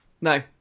No